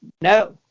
No